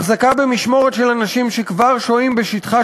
החזקה במשמורת של אנשים שכבר שוהים בשטחה